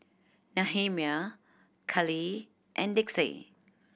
Nehemiah Kalie and Dixie